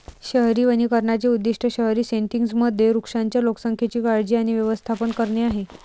शहरी वनीकरणाचे उद्दीष्ट शहरी सेटिंग्जमधील वृक्षांच्या लोकसंख्येची काळजी आणि व्यवस्थापन करणे आहे